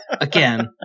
Again